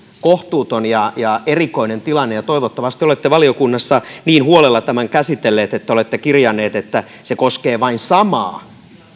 kohtuuton ja ja erikoinen tilanne toivottavasti olette valiokunnassa niin huolella tämän käsitelleet että olette kirjanneet että se koskee vain samaa